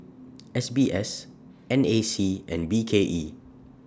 S B S N A C and B K E